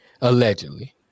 Allegedly